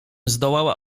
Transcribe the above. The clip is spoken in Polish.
zdołała